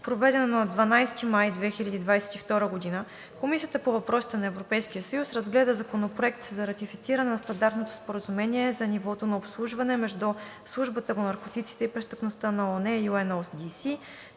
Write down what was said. проведено на 12 май 2022 г., Комисията по въпросите на Европейския съюз разгледа Законопроект за ратифициране на Стандартното споразумение за нивото на обслужване между Службата по наркотиците и престъпността на ООН